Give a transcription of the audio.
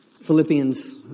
Philippians